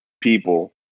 people